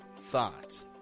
thought